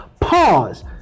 pause